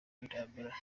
intambara